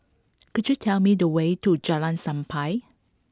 could you tell me the way to Jalan Sappan